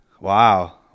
Wow